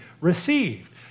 received